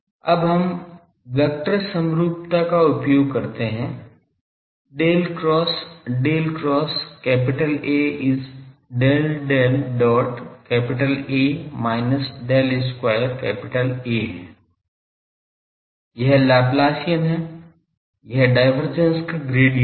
अब हम वेक्टर समरूपता का उपयोग कर सकते हैं Del cross Del cross A is Del Del dot A minus Del square A है यह लाप्लासियन है यह डायवर्जेंस का ग्रेडियंट है